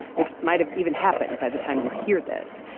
it might have even happened by the time you hear this.